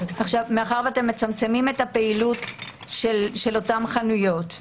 מאחר ואתם מצמצמים את הפעילות של אותן חנויות,